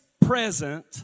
present